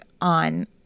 on